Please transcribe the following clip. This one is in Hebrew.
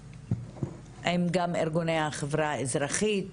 גם עם ארגוני החברה האזרחית,